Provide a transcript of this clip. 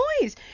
noise